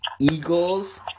Eagles